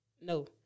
No